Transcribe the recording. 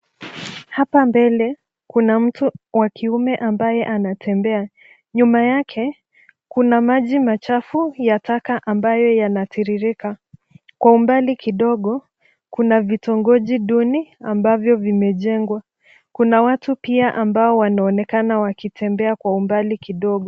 Hapa mbele, kuna mtu wa kiume ambaye anatembea. Nyuma yake kuna maji machafu ya taka ambaye yanatiririka. Kwa umbali kidogo, kuna vitongoji duni ambavyo vimejengwa. Kuna watu pia ambao wanaonekana wakitembea kwa umbali kidogo.